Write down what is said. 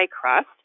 crust